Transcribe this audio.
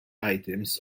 items